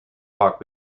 hoc